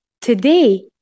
today